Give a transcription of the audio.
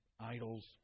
Idols